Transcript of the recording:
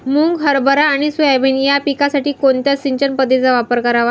मुग, हरभरा आणि सोयाबीन या पिकासाठी कोणत्या सिंचन पद्धतीचा वापर करावा?